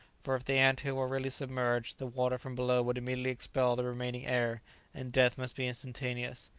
for if the ant-hill were really submerged the water from below would immediately expel the remaining air and death must be instantaneous.